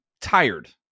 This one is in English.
tired